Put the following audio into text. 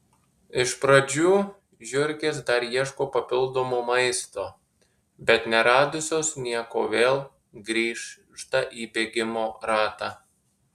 iš pradžių žiurkės dar ieško papildomo maisto bet neradusios nieko vėl grįžta į bėgimo ratą